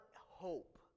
hope